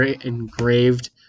engraved